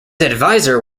adviser